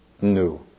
new